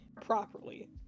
properly